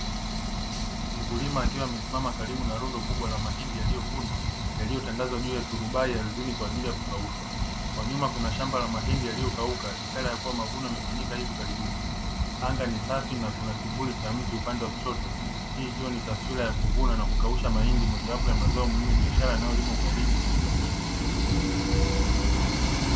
Mkulima akiwa amesimama karibu na rundo kubwa la mahindi yaliyovunwa, yaliyotandazwa juu ya turubai ardhini kwa ajili ya kukaushwa. Kwa nyuma kuna shamba la mahindi yaliyokauka, ishara ya kuwa mavuno yamefanyika hivi karibuni. Anga ni safi, na kuna kivuli cha mti upande wa kushoto, hii ikiwa ni taswira ya kuvuna na kukausha mahindi, moja wapo ya mazao muhimu ya biashara yanayolimwa kwa wingi Tanzania.